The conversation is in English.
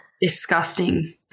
Disgusting